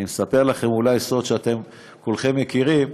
אני מספר לכם אולי סוד שאתם כולכם מכירים,